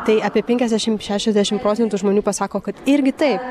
tai apie penkiasdešimt šešiasdešimt procentų žmonių pasako kad irgi taip